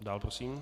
Dál prosím.